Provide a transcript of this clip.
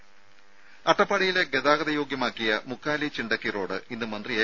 രും അട്ടപ്പാടിയിലെ ഗതാഗത യോഗ്യമാക്കിയ മുക്കാലി ചിണ്ടക്കി റോഡ് ഇന്ന് മന്ത്രി എ